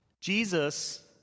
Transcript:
Jesus